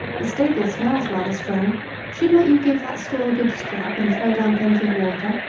the stable smells rather strong should not you give that stall a good scrub and throw down plenty of water?